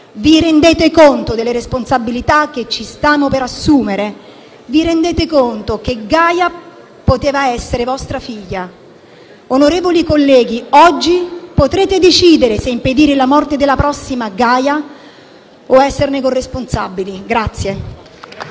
Vi rendete conto della responsabilità che ci stiamo per assumere? Vi rendete conto che Gaia avrebbe potuto essere vostra figlia? Onorevoli colleghi, oggi potrete decidere se impedire la morte della prossima Gaia o esserne corresponsabili.